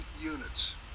units